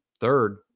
third